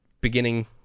beginning